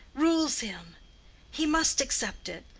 rules him he must accept it,